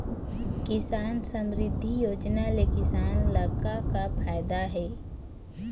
किसान समरिद्धि योजना ले किसान ल का का फायदा हे?